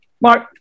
Mark